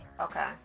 Okay